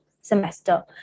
semester